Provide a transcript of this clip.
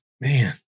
man